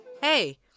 Hey